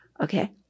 Okay